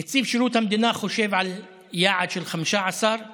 נציב שירות המדינה חושב על יעד של 15%